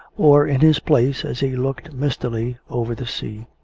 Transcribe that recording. or in his place, as he looked mistily over the sea.